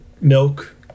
milk